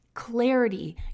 clarity